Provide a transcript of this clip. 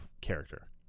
character